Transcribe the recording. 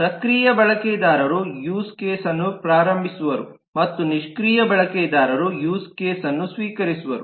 ಸಕ್ರಿಯ ಬಳಕೆದಾರರು ಯೂಸ್ ಕೇಸ್ನ್ನು ಪ್ರಾರಂಭಿಸುವವರು ಮತ್ತು ನಿಷ್ಕ್ರಿಯ ಬಳಕೆದಾರರು ಯೂಸ್ ಕೇಸ್ನ್ನು ಸ್ವೀಕರಿಸುವವರು